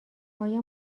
آیا